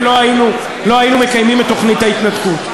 לא היינו מקיימים את תוכנית ההתנתקות.